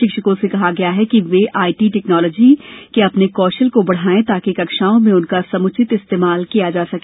शिक्षकों से कहा गया है कि वे आईटी टेक्नोलॉजी के अपने कौशल को बढ़ाये ताकि कक्षाओं में उसका समुचित इस्तेमाल किया जा सके